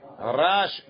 Rash